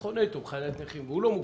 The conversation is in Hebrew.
הוא חונה איתו בחניית נכים, הוא לא מוגבל.